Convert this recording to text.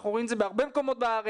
אנחנו רואים את זה בהרבה מקומות בארץ.